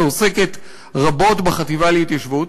שעוסקת רבות בחטיבה להתיישבות.